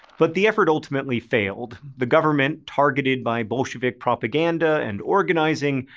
but the effort ultimately failed. the government, targeted by bolshevik propaganda and organizing,